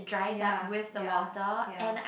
ya ya ya